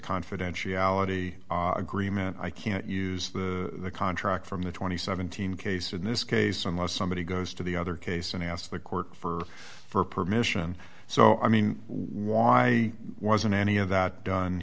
confidentiality agreement i can't use the contract from the twenty seven thousand case in this case unless somebody goes to the other case and ask the court for for permission so i mean why wasn't any of that done